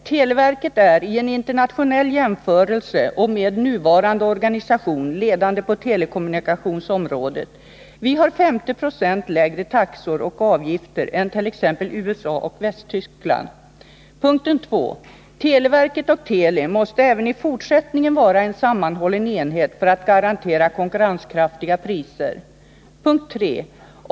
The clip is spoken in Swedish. Televerket är i en internationell jämförelse och med nuvarande organisation ledande på telekommunikationsområdet. Vi har 50 96 lägre taxor och avgifter än t.ex. USA och Västtyskland. 2. Televerket och Teli måste även i fortsättningen vara en sammanhållen enhet för att garantera konkurrenskraftiga priser. 3.